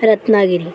Ratnagiri